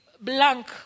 blank